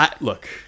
Look